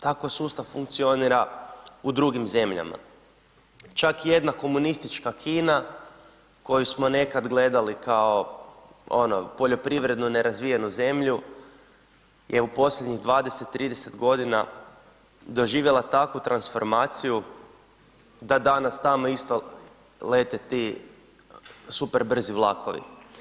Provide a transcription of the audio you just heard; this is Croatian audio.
Tako sustav funkcionira u drugim zemljama, čak i jedna komunistička Kina koju smo nekad gledali kao ono poljoprivredno nerazvijenu zemlju je u posljednjih 20, 30 godina doživjela takvu transformaciju da dana tamo isto lete ti superbrzi vlakovi.